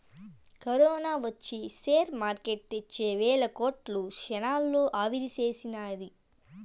corona ఒచ్చి share market తెచ్చే వేల కోట్లు క్షణాల్లో ఆవిరిసేసినాది